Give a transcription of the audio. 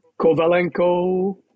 Kovalenko